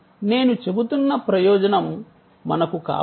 నేను చెబుతున్న ప్రయోజనం మనకు కావాలి